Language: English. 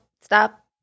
stop